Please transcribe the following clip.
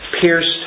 pierced